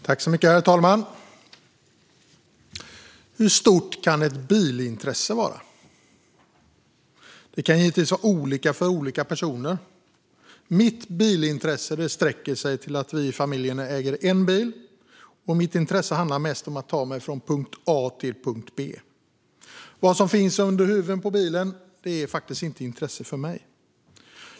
Herr talman! Hur stort kan ett bilintresse vara? Det kan givetvis vara olika för olika personer. Mitt bilintresse sträcker sig till att vi i familjen äger en bil, och mitt intresse handlar mest om att ta mig från punkt A till punkt B. Vad som finns under huven på bilen är inte av intresse för mig.